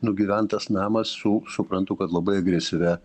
nugyventas namas su suprantu kad labai agresyvia